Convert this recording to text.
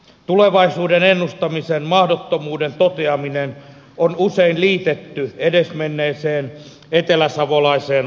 tulevaisuuden ennustamisen mahdottomuuden toteaminen on usein liitetty edesmenneeseen eteläsavolaiseen valtiomieheen